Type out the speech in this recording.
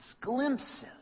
glimpses